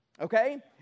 Okay